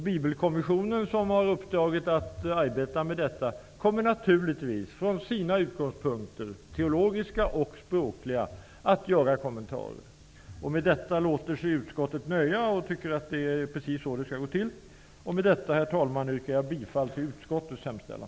Bibelkommissionen som har uppdraget att arbeta med detta, kommer naturligtvis från sina utgångspunkter -- teologiska och språkliga -- att göra kommentarer. Med detta låter sig utskottet nöja och tycker att det är precis så det skall gå till. Herr talman! Med det anförda yrkar jag bifall till utskottets hemställan.